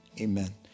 Amen